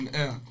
air